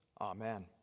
Amen